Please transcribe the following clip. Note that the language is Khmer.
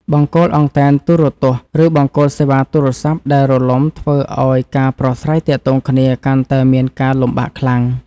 បង្គោលអង់តែនទូរទស្សន៍ ឬបង្គោលសេវាទូរស័ព្ទដែលរលំធ្វើឱ្យការប្រស្រ័យទាក់ទងគ្នាកាន់តែមានការលំបាកខ្លាំង។